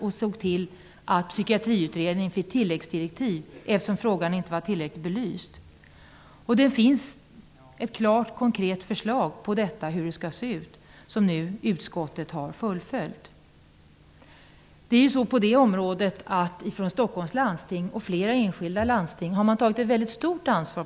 Vi såg till att Psykiatriutredningen fick tilläggsdirektiv, eftersom frågan inte var tillräckligt belyst. Det finns ett klart och konkret förslag på hur detta skall se ut. Detta har nu utskottet fullföljt. Stockholms landsting och flera andra enskilda landsting har tagit ett stort ansvar.